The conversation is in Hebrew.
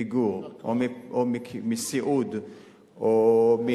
מפיגור או מסיעוד או,